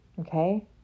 okay